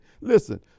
Listen